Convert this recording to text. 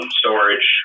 storage